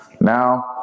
Now